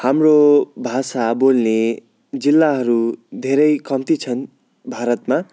हाम्रो भाषा बोल्ने जिल्लाहरू धेरै कम्ती छन् भारतमा